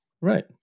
Right